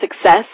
success